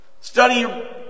Study